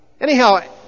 anyhow